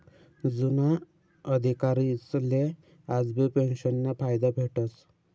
जुना अधिकारीसले आजबी पेंशनना फायदा भेटस